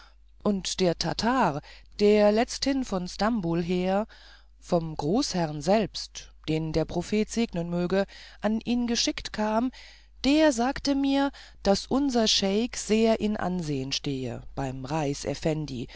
und der tartar der letzthin von stambul her vom großherrn selbst den der prophet segnen möge an ihn geschickt kam der sagte mir daß unser scheik sehr in ansehen stehe beim